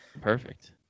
Perfect